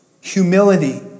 humility